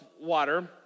water